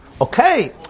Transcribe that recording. Okay